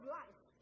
life